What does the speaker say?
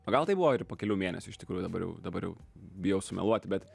o gal tai buvo ir po kelių mėnesių iš tikrųjų dabar jau dabar jau bijau sumeluot bet